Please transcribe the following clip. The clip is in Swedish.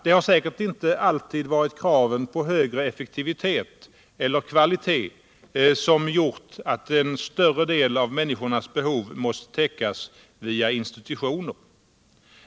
Det har säkert inte alltid varit kraven på högre effektivitet eller kvalitet som gjort att en större del av människornas behov måst täckas via institutioner.